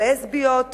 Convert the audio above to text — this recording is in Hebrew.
הלסביות,